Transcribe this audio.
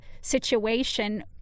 situation